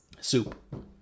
soup